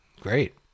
Great